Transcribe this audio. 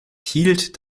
hielt